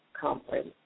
Conference